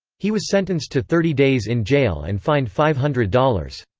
he was sentenced to thirty days in jail and fined five hundred dollars.